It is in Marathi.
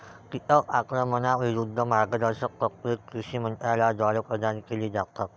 कीटक आक्रमणाविरूद्ध मार्गदर्शक तत्त्वे कृषी मंत्रालयाद्वारे प्रदान केली जातात